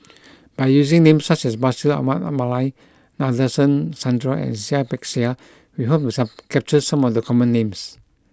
by using names such as Bashir Ahmad Mallal Nadasen Chandra and Seah Peck Seah we hope to capture some of the common names